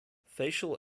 facial